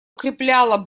укрепляла